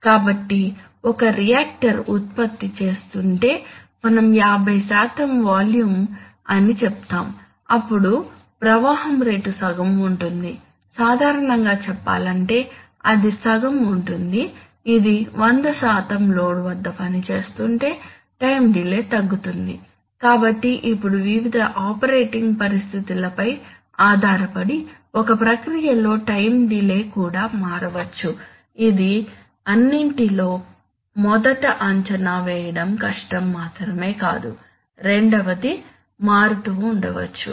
కాబట్టి ఒక రియాక్టర్ ఉత్పత్తి చేస్తుంటే మనం యాభై శాతం వాల్యూమ్ అని చెప్తాము అప్పుడు ప్రవాహం రేటు సగం ఉంటుంది సాధారణంగా చెప్పాలంటే అది సగం ఉంటుంది ఇది వంద శాతం లోడ్ వద్ద పనిచేస్తుంటే టైం డిలే తగ్గుతుంది కాబట్టి ఇప్పుడు వివిధ ఆపరేటింగ్ పరిస్థితులపై ఆధారపడి ఒక ప్రక్రియలో టైం డిలే కూడా మారవచ్చు ఇది అన్నింటిలో మొదట అంచనా వేయడం కష్టం మాత్రమే కాదు రెండవది మారుతూ ఉండవచ్చు